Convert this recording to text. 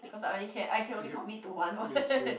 cause I only can I can only commit to [one] [what]